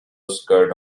skirt